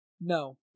No